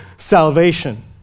salvation